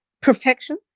perfection